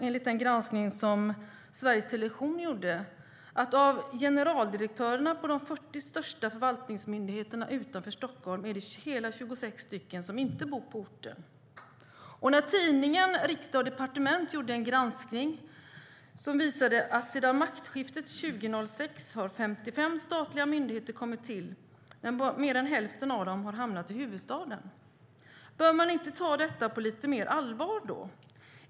Enligt den granskning som Sveriges Television har gjort har det visat sig att av generaldirektörerna på de 40 största förvaltningsmyndigheterna utanför Stockholm är det 26 som inte bor på orten. Tidningen Riksdag & Departement har gjort en granskning som visar att sedan maktskiftet 2006 har 55 statliga myndigheter kommit till och mer än hälften av dem har hamnat i huvudstaden. Bör inte den frågan tas på mer allvar?